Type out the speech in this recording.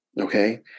okay